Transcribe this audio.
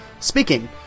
Speaking